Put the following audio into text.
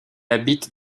habite